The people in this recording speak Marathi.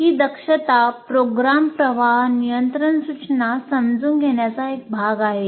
ही दक्षता प्रोग्राम प्रवाह नियंत्रण सूचना समजून घेण्याचा एक भाग आहे